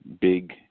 big